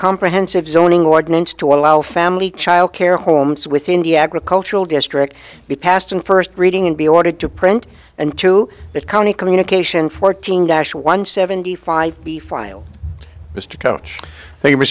comprehensive zoning ordinance to allow family child care homes within the agricultural district be passed in first reading and be ordered to print and to that county communication fourteen dash one seventy five be filed mr coach